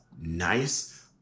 nice